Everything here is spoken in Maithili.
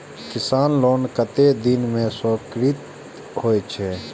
किसान लोन कतेक दिन में स्वीकृत होई छै?